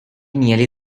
nearly